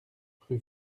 rue